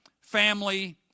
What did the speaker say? family